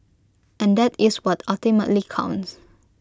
and that is what ultimately counts